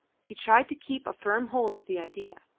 he tried to keep a firm hold of the idea.